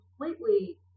completely